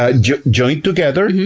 ah joined together.